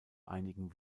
einigen